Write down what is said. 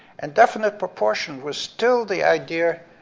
and definite proportion was still the idea